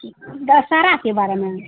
दशहराके बारेमे